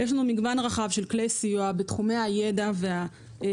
יש לנו מגוון רחב של כלי סיוע בתחומי הידע והמענקים,